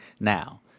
now